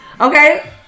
Okay